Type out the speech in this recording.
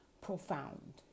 profound